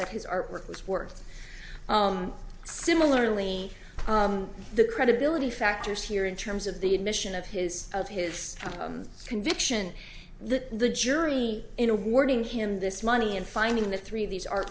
that his artwork was worth similarly the credibility factor is here in terms of the admission of his of his conviction that the jury in a warning him this money in finding the three of these ar